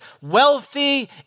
wealthy